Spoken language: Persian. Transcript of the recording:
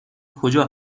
کجا